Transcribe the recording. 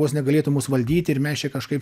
vos ne galėtų mus valdyti ir mes čia kažkaip